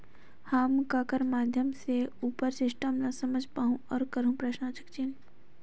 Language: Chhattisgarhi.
हम ककर माध्यम से उपर सिस्टम ला समझ पाहुं और करहूं?